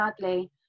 sadly